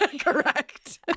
Correct